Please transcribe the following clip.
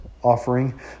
Offering